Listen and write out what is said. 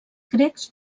grecs